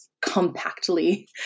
compactly